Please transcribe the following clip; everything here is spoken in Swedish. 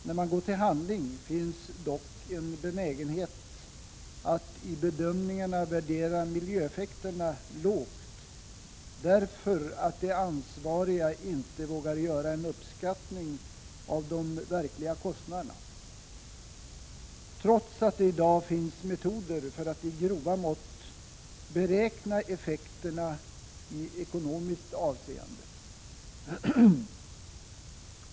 När man går till handling finns dock en benägenhet att i bedömningarna värdera miljöeffekterna lågt, därför att de ansvariga inte vågar göra en uppskattning av de verkliga kostnaderna, trots att det i dag finns metoder för att i grova mått beräkna effekterna i ekonomiskt avseende.